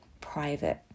private